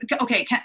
okay